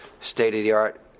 state-of-the-art